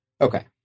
Okay